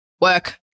work